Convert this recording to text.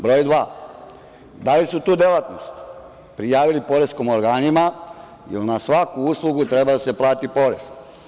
Broj dva – da li su tu delatnost prijavili poreskim organima, jer na svaku uslugu treba da se plati porez?